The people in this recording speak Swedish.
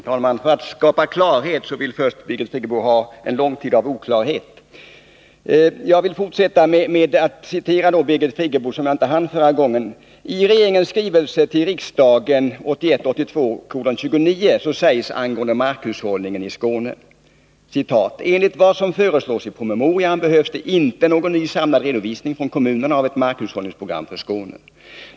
Herr talman! För att skapa klarhet vill Birgit Friggebo tydligen först ha en lång tid av oklarhet. Jag vill fortsätta med det citat av Birgit Friggebo som jag inte hann med i mitt förra inlägg. I regeringens skrivelse 1981/82:29 sägs i ett beslut angående markhushållningen i Skåne: ”Enligt vad som föreslås i promemorian behövs det inte någon ny samlad redovisning från kommunerna av ett markhushållningsprogram för Skåne.